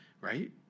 right